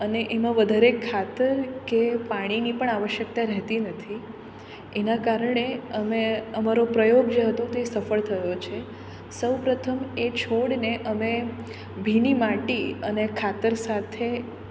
અને એમાં વધારે ખાતર કે પાણીની પણ આવશ્યકતા રહેતી નથી એના કારણે અમે અમારો પ્રયોગ જે હતો તે સફળ તે સફળ થયો છે સૌપ્રથમ એ છોડને અમે ભીની માટી અને ખાતર સાથે